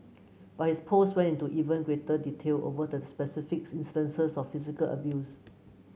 but his post went into even greater detail over the specific instances of physical abuse